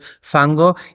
Fango